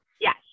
Yes